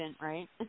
right